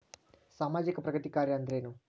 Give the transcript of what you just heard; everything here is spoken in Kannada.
ಸಾಮಾಜಿಕ ಪ್ರಗತಿ ಕಾರ್ಯಾ ಅಂದ್ರೇನು?